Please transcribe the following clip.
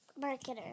marketer